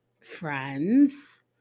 friends